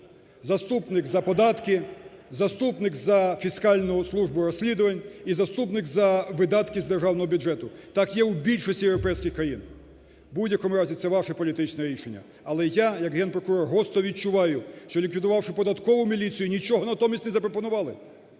заступник – за податки, заступник – за фіскальну службу розслідувань і заступник – за видатки з державного бюджету. Так є у більшості європейських країн. В будь-якому разі це ваше політичне рішення. Але я як Генпрокурор гостро відчуваю, що ліквідувавши податкову міліцію, нічого натомість не запропонували.